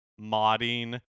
modding